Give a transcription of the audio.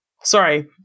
sorry